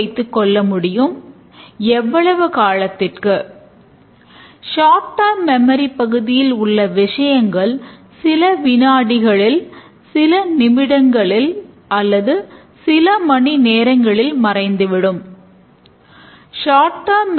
நாம் கூறியது போல கட்டமைக்கப்பட்ட பகுப்பாய்வு உத்தியானது கம்ப்யூட்டரைப் ஆகும்